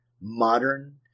modern